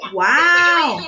wow